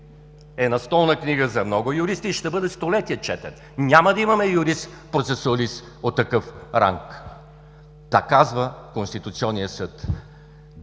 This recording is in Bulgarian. настолна книга за много юристи и ще бъде четен столетия и няма да имаме юрист-процесуалист от такъв ранг. Та, казва Конституционният съд: